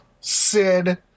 Sid